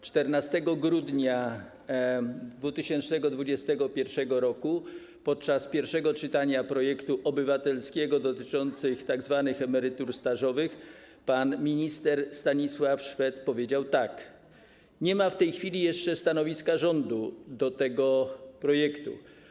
14 grudnia 2021 r. podczas pierwszego czytania projektu obywatelskiego dotyczącego tzw. emerytur stażowych pan minister Stanisław Szwed powiedział tak: Nie ma w tej chwili jeszcze stanowiska rządu do tego projektu.